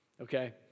okay